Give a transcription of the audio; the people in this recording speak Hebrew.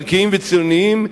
ערכיים וציוניים,